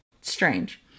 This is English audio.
strange